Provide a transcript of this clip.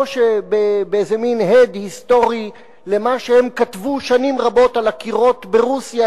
או שבמין הד היסטורי למה שהם כתבו שנים רבות על הקירות ברוסיה,